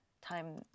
time